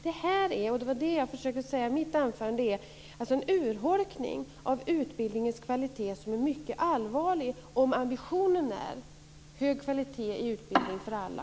Det här är, och det försökte jag säga i mitt anförande, en urholkning av utbildningens kvalitet som är mycket allvarlig om ambitionen är hög kvalitet i utbildningen för alla.